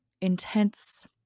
intense